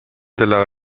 della